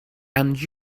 and